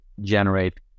generate